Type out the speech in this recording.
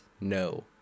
no